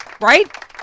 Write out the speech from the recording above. right